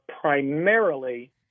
primarily